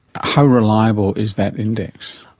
how reliable is that index?